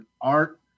art